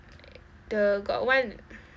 the got one